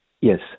Yes